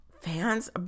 fans